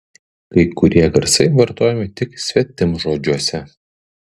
kai kurie garsai vartojami tik svetimžodžiuose